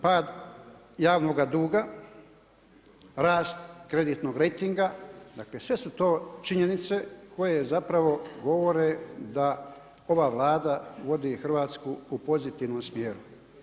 Pad javnoga duga, rast kreditnog rejtinga, dakle, sve su to činjenice, koje zapravo govore da ova Vlada vodi Hrvatsku u pozitivnom smjeru.